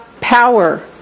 power